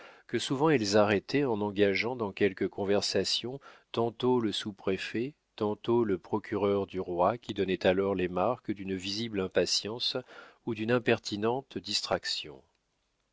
que souvent elles arrêtaient en engageant dans quelque conversation tantôt le sous-préfet tantôt le procureur du roi qui donnaient alors les marques d'une visible impatience ou d'une impertinente distraction